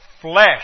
flesh